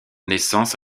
naissance